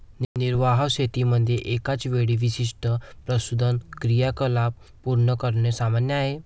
निर्वाह शेतीमध्ये एकाच वेळी विशिष्ट पशुधन क्रियाकलाप पूर्ण करणे सामान्य आहे